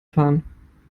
fahren